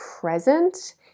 present